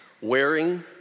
wearing